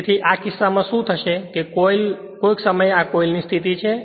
તેથી આ કિસ્સામાં શું થશે કે આ કોઈક સમયે આ કોઇલની સ્થિતિ છે